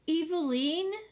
Eveline